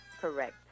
correct